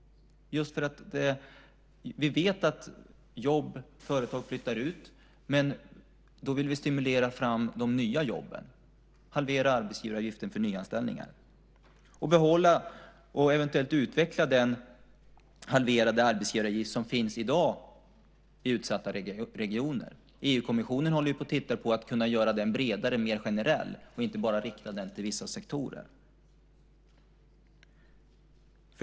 Vi vet att jobb och företag flyttar ut, men då vill vi stimulera fram de nya jobben genom att halvera arbetsgivaravgiften för nyanställningar och behålla och eventuellt utveckla den halverade arbetsgivaravgift som finns i dag i utsatta regioner. EU-kommissionen håller på att titta på om man kan göra den bredare och mer generell, och inte bara rikta den till vissa sektorer.